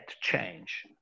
change